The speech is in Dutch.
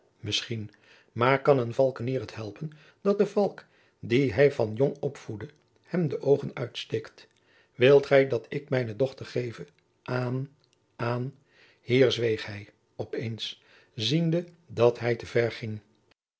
misschien maar kan een valkenier het helpen dat de valk dien hij van jong opvoedde hem de oogen uitsteekt wilt gij dat ik mijne dochter geve aan aan hier zweeg hij op eens ziende dat hij te ver ging